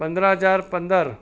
પંદર હજાર પંદર